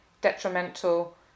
detrimental